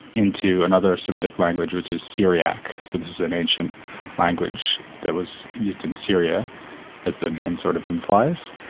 into another semitic language, which is syriac, so this is an ancient language that was used in syria as the name sort of implies,